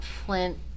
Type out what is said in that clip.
flint